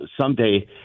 someday